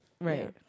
Right